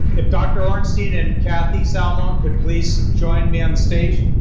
if dr. ornstein and kathy salamone could please join me on stage.